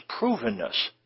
provenness